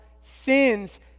sins